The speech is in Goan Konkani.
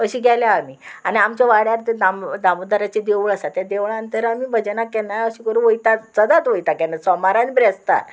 अशी गेल्या आमी आनी आमच्या वाड्यार तें दाम दामोदराचें देवूळ आसा तें देवळां नंतर आमी भजनाक केन्नाय अशें करून वयता सदांच वयता केन्ना सोमारान ब्रेसतात